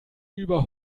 über